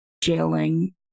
jailing